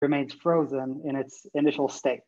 ‫הוא נשאר קפוא במצבו ההתחלתי.